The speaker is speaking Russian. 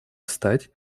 встать